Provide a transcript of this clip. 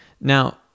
Now